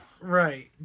Right